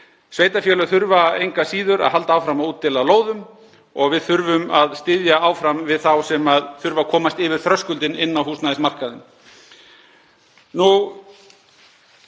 Sveitarfélög þurfa engu að síður að halda áfram að útdeila lóðum og við þurfum að styðja áfram við þá sem þurfa að komast yfir þröskuldinn inn á húsnæðismarkaðinn.